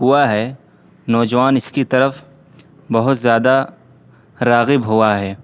ہوا ہے نوجوان اس کی طرف بہت زیادہ راغب ہوا ہے